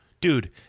dude